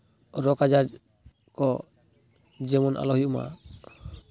ᱨᱳᱜᱽ ᱟᱡᱟᱨ ᱠᱚ ᱡᱮᱢᱚᱱ ᱟᱞᱚ ᱦᱩᱭᱩᱜ ᱢᱟ